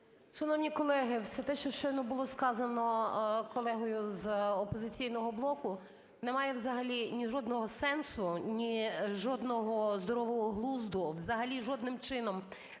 Шановні колеги! Все те, що щойно було сказано колегою з "Опозиційного блоку", не має взагалі ні жодного сенсу, ні жодного здорового глузду, взагалі жодним чином